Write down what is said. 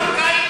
מרוקאי,